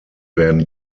werden